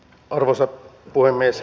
arvoisa puhemies